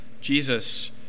Jesus